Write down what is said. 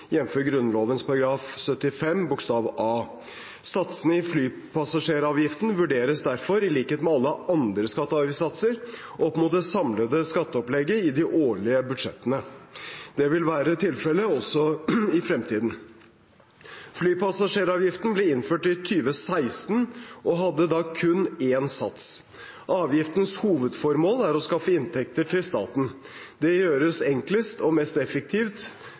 75 bokstav a. Satsene i flypassasjeravgiften vurderes derfor, i likhet med alle andre skatte- og avgiftssatser, opp mot det samlede skatteopplegget i de årlige budsjettene. Det vil være tilfellet også i fremtiden. Flypassasjeravgiften ble innført i 2016 og hadde da kun én sats. Avgiftens hovedformål er å skaffe inntekter til staten. Det gjøres enklest og mest effektivt